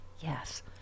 yes